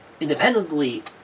independently